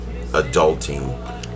adulting